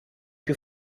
più